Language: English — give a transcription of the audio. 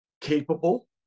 capable